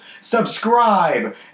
subscribe